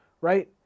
right